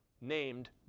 named